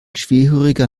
schwerhöriger